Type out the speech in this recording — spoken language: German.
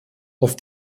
auf